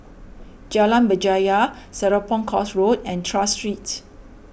Jalan Berjaya Serapong Course Road and Tras Street